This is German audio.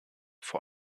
vor